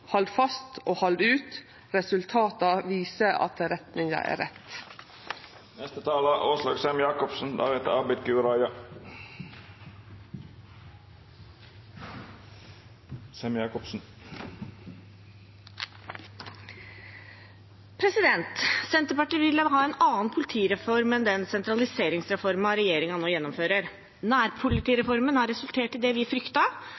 Hald fast og hald ut! Resultata viser at retninga er rett. Senterpartiet ville ha en annen politireform enn den sentraliseringsreformen regjeringen nå gjennomfører. Nærpolitireformen har resultert i det vi